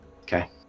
okay